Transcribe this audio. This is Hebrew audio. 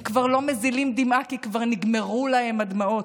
הם כבר לא מזילים דמעה, כי כבר נגמרו להם הדמעות.